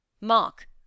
Mark